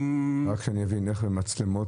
איך במצלמות?